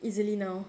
easily now